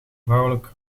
vrouwelijk